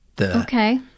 Okay